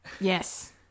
yes